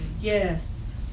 Yes